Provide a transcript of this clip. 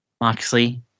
Moxley